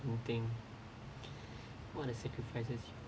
you think what are the sacrifices